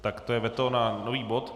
Tak to je veto na nový bod.